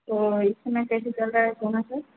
तो इस समय कैसे चल रहा है सोना सर